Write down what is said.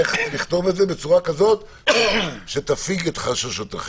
איך לכתוב את זה בצורה כזו שתפיג את חששותיכם.